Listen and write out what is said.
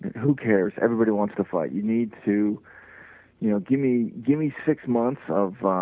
who cares, everybody wants to fight, you need to you know give me give me six months of